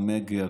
גם הגה,